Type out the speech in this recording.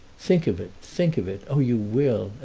think of it, think of it oh you will,